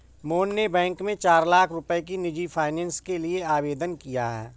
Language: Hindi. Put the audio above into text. मोहन ने बैंक में चार लाख रुपए की निजी फ़ाइनेंस के लिए आवेदन किया है